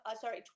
sorry